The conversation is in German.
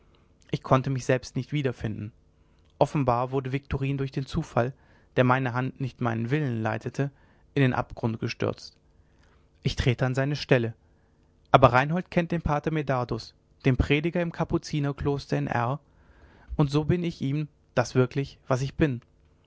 ich konnte mich selbst nicht wiederfinden offenbar wurde viktorin durch den zufall der meine hand nicht meinen willen leitete in den abgrund gestürzt ich trete an seine stelle aber reinhold kennt den pater medardus den prediger im kapuzinerkloster in r und so bin ich ihm das wirklich was ich bin